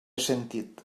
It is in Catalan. sentit